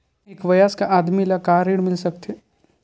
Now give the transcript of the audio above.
एक वयस्क आदमी ला का ऋण मिल सकथे?